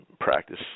practice